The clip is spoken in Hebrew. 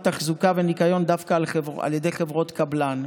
תחזוקה וניקיון דווקא על ידי חברות קבלן.